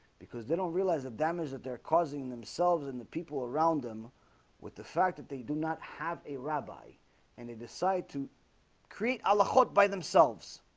because they don't realize the damage that they're causing themselves and the people around them with the fact that they do not have a rabbi and they decide to create a lot by themselves